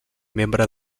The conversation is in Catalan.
membre